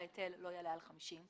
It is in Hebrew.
שההיטל לא יעלה על 50,00,